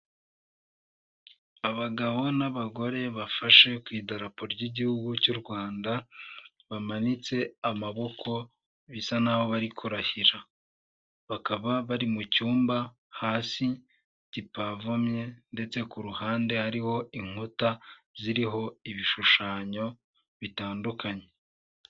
Abagabo n'abagore bafashe ku idarapo ry'igihugu cy'u Rwanda, bamanitse amaboko bisa n'aho bari kurahira; bakaba bari mu cyumba hasi kipavomye ndetse ku ruhande hariho inkuta ziriho ibishushanyo bitandukanye.